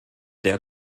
der